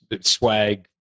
swag